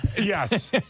Yes